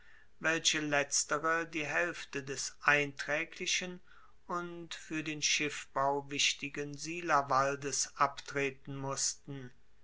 welche letztere die haelfte des eintraeglichen und fuer den schiffbau wichtigen silawaldes abtreten mussten